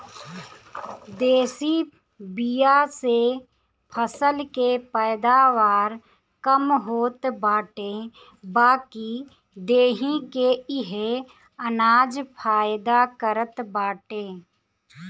देशी बिया से फसल के पैदावार कम होत बाटे बाकी देहि के इहे अनाज फायदा करत बाटे